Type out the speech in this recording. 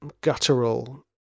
guttural